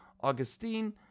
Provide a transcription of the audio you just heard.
Augustine